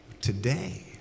today